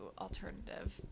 alternative